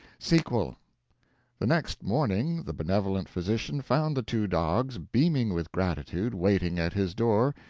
sequel the next morning the benevolent physician found the two dogs, beaming with gratitude, waiting at his door,